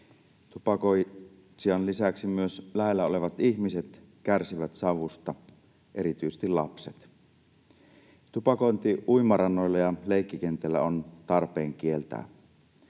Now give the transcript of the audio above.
Tupakoitsijan lisäksi myös lähellä olevat ihmiset kärsivät savusta, erityisesti lapset. Tupakointi uimarannoilla ja leikkikentillä on tarpeen kieltää.